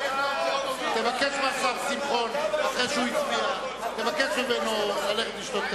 תבקש מהשר שמחון אחרי שהוא הצביע ללכת לשתות קפה.